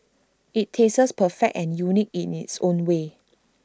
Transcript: IT tastes perfect and unique in its own way